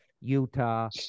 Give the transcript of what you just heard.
Utah